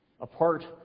apart